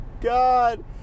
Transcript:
god